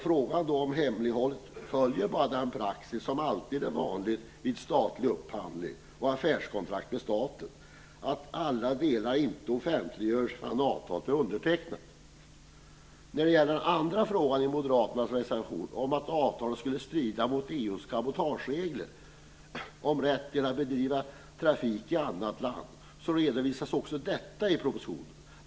Frågan om hemligt innehåll följer bara den praxis som är vanlig vid statlig upphandling och vid upprättande av affärskontrakt med staten, nämligen att alla delar inte offentliggörs förrän avtalet är undertecknat. En annan fråga i moderaternas reservation, att avtalet skulle strida mot EU:s cabotageregler om rätt att bedriva trafik i annat land, redovisas också i propositionen.